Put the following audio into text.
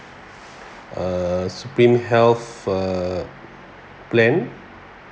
uh supreme health uh plan